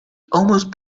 almost